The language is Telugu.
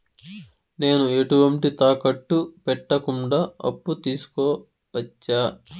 నేను ఎటువంటి తాకట్టు పెట్టకుండా అప్పు తీసుకోవచ్చా?